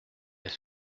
est